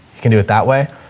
you can do it that way.